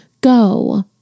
go